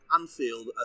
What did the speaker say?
Anfield